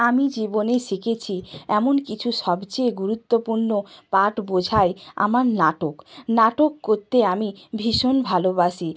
আমি জীবনে শিখেছি এমন কিছু সবচেয়ে গুরুত্বপূর্ণ পাঠ বোঝায় আমার নাটক নাটক করতে আমি ভীষণ ভালোবাসি